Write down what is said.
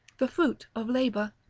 the fruit of labour.